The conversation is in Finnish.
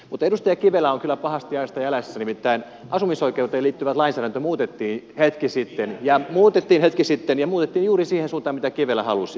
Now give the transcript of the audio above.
edustaja kivelä on kyllä pahasti ajasta jäljessä nimittäin asumisoikeuteen liittyvä lainsäädäntö muutettiin hetki sitten ja se muutettiin juuri siihen suuntaan kuin kivelä halusi